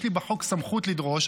יש לי בחוק סמכות לדרוש,